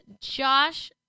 Josh